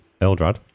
Eldrad